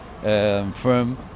firm